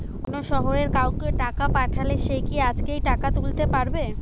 অন্য শহরের কাউকে টাকা পাঠালে সে কি আজকেই টাকা তুলতে পারবে?